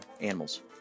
animals